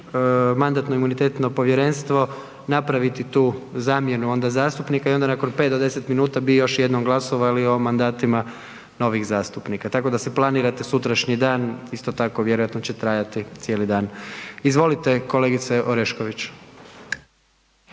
Mandatno-imunitetno povjerenstvo napraviti tu zamjenu onda zastupnika i onda nakon 5 do 10 minuta bi još jednom glasovali o mandatima novih zastupnika, tako da si planirate sutrašnji dan isto tako vjerojatno će trajati cijeli dan. Izvolite kolegice Orešković.